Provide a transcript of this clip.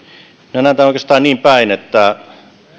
minä näen tämän oikeastaan niin päin että